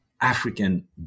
African